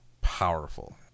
Powerful